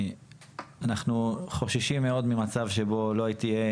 אנחנו חוששים מאוד ממצב שבו לא תהיה